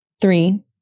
Three